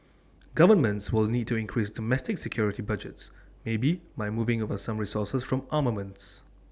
governments will need to increase domestic security budgets maybe by moving over some resources from armaments